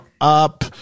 up